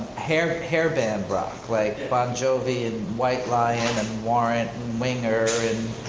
hair hair band rock, like bon jovi and white lion and and warrant and winger and